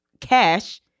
cash